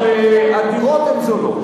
אבל הדירות הן זולות.